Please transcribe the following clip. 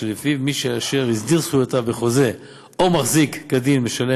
שלפיו מי שהסדיר זכויותיו בחוזה או מחזיק כדין משלם